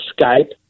Skype